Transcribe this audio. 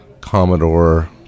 Commodore